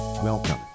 Welcome